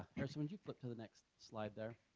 harrison, would you flip to the next slide there?